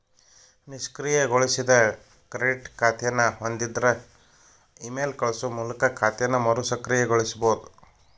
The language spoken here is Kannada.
ನಿಷ್ಕ್ರಿಯಗೊಳಿಸಿದ ಕ್ರೆಡಿಟ್ ಖಾತೆನ ಹೊಂದಿದ್ರ ಇಮೇಲ್ ಕಳಸೋ ಮೂಲಕ ಖಾತೆನ ಮರುಸಕ್ರಿಯಗೊಳಿಸಬೋದ